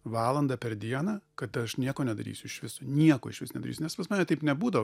valandą per dieną kad aš nieko nedarysiu iš viso nieko išvis nedarysiu nes pas mane taip nebūdavo